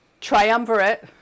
triumvirate